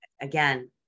again